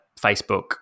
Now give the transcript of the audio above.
Facebook